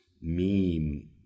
meme